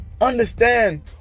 Understand